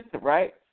right